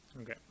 Okay